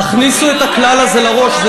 תכניסו את הכלל הזה לראש.